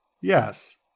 Yes